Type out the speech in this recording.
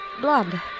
blood